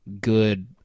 good